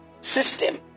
system